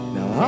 Now